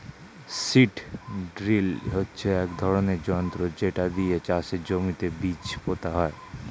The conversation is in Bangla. সীড ড্রিল হচ্ছে এক ধরনের যন্ত্র যেটা দিয়ে চাষের জমিতে বীজ পোতা হয়